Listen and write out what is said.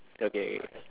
okay K